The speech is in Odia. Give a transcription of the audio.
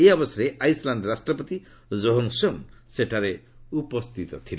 ଏହି ଅବସରରେ ଆଇସ୍ଲ୍ୟାଣ୍ଡ ରାଷ୍ଟ୍ରପତି କୋହନ୍ସୋନ୍ ସେଠାରେ ଉପସ୍ଥିତ ଥିଲେ